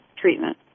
treatment